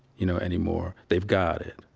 you know, anymore. they've got it,